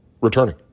returning